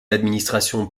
administrations